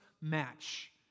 match